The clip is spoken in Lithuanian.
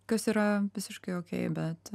kas yra visiškai okei bet